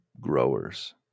growers